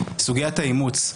סוגיית האימוץ.